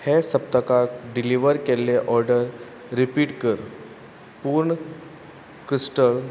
हे सप्तकाक डिलिव्हर केल्ले ऑर्डर रिपीट कर पूण क्रिस्टल